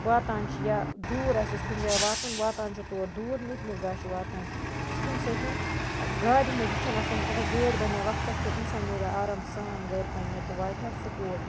واتان چھِ یا دوٗر آسٮ۪س کُنہِ جایہِ واتُن واتان چھ تور دوٗر نِکہ نِکہ گاشہِ واتان سُہ کَمہِ سۭتۍ گاڑِ نہٕ یہِ چھَ نہٕ آسان اَگَر گٲڑۍ بَنے وَقتَس پیٚٹھ اِنسان نیرہا آرام سان گَرِ پَننہِ تہٕ واتہِ ہا سُکوٗل